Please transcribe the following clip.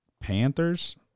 Panthers